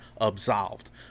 absolved